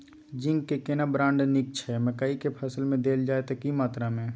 Zinc के केना brand नीक छैय मकई के फसल में देल जाए त की मात्रा में?